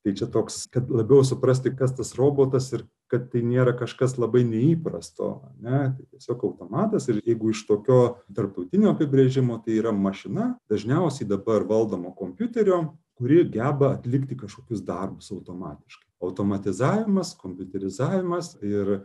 tai čia toks kad labiau suprasti kas tas robotas ir kad tai nėra kažkas labai neįprasto ar ne tai tiesiog automatas ir jeigu iš tokio tarptautinio apibrėžimo tai yra mašina dažniausiai dabar valdoma kompiuterio kuri geba atlikti kažkokius darbus automatiškai automatizavimas kompiuterizavimas ir